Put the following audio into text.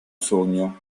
sogno